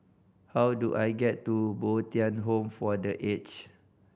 how do I get to Bo Tien Home for The Age